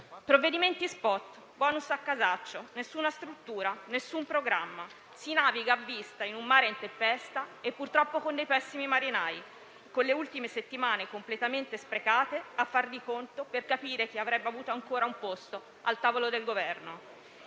Provvedimenti *spot*, bonus a casaccio, nessuna struttura, nessun programma: si naviga a vista in un mare in tempesta e purtroppo con dei pessimi marinai, con le ultime settimane completamente sprecate a far di conto per capire chi avrebbe avuto ancora un posto al tavolo del Governo.